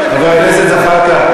חבר הכנסת זחאלקה.